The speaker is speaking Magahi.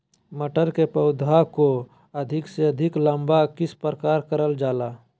मटर के पौधा को अधिक से अधिक लंबा किस प्रकार कारण जाला?